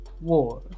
war